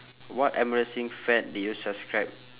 what embarrassing fad did you subscribe